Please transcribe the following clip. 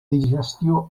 digestió